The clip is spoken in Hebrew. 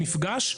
מפגש,